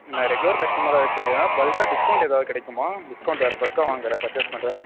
நான் ரெகுலர் கஸ்டமராக இருக்கேன் ஏதாவது பல்க்கா டிஸ்கவுண்ட் ஏதாவது கிடைக்குமா டிஸ்கவுண்ட் வேறு பல்க்கா வாங்கிறேன் பர்ச்சஸ் பண்ணுறேன்